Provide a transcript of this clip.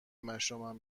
مشامم